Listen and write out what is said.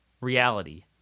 reality